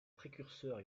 précurseurs